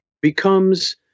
becomes